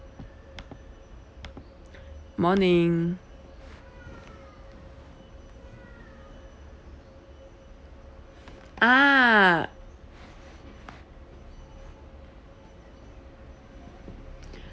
morning ah